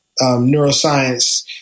neuroscience